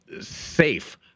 safe